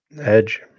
Edge